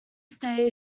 stay